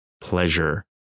pleasure